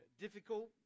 difficult